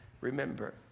Remember